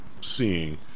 seeing